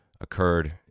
occurred